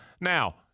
Now